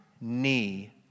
knee